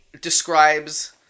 describes